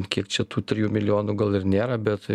kiek čia tų trijų milijonų gal ir nėra bet